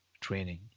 training